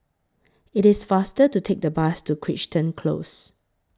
IT IS faster to Take The Bus to Crichton Close